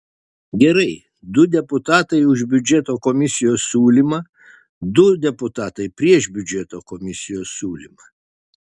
gerai du deputatai už biudžeto komisijos siūlymą du deputatai prieš biudžeto komisijos siūlymą